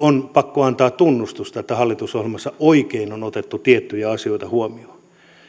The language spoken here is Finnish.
on pakko antaa tunnustusta että hallitusohjelmassa oikein on on otettu tiettyjä asioita huomioon